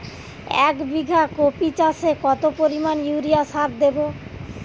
এক বিঘা কপি চাষে কত পরিমাণ ইউরিয়া সার দেবো?